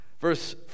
Verse